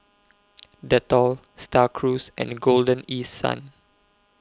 Dettol STAR Cruise and Golden East Sun